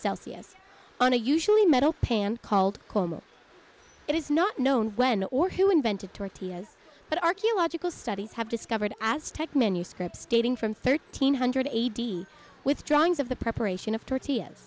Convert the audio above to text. celsius on a usually metal pan called it is not known when or who invented tortillas but archaeological studies have discovered aztec manuscripts dating from thirteen hundred eighty with drawings of the preparation of tortillas